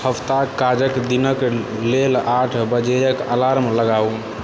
हफ्ताक काजक दिनक लेल आठ बजेक अलार्म लगाउ